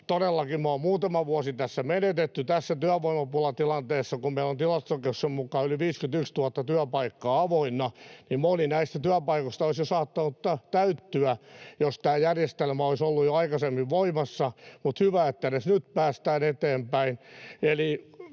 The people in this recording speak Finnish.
Todellakin me ollaan muutama vuosi menetetty tässä työvoimapulatilanteessa. Kun meillä on Tilastokeskuksen mukaan yli 51 000 työpaikkaa avoinna, niin moni näistä työpaikoista olisi saattanut jo täyttyä, jos tämä järjestelmä olisi ollut jo aikaisemmin voimassa. Mutta hyvä, että edes nyt päästään eteenpäin.